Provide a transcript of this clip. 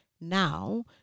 now